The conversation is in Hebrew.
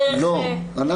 לא,